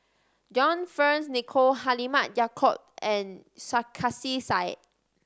John Fearns Nicoll Halimah Yacob and Sarkasi Said